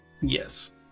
Yes